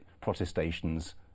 protestations